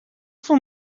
for